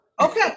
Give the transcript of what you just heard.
Okay